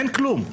אין כלום.